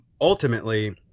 ultimately